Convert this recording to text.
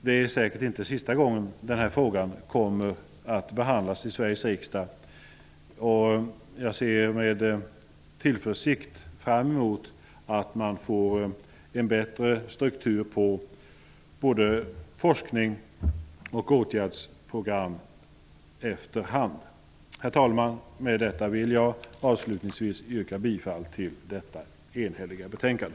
Det är säkert inte sista gången den här frågan kommer att behandlas i Sveriges riksdag. Jag ser med tillförsikt fram emot att man efter hand får en bättre struktur på både forskning och åtgärdsprogram. Herr talman! Med detta vill jag avslutningsvis yrka bifall till hemställan i detta enhälliga betänkande.